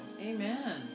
Amen